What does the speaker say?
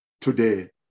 today